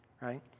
right